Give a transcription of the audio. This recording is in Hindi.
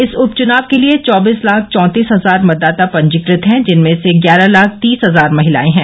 इस उप चुनाव के लिये चौबीस लाख चौतीस हजार मतदाता पंजीकृत है जिनमें से ग्यारह लाख तीस हजार महिलाए हैं